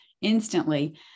instantly